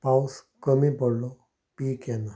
पावस कमी पडलो पीक येना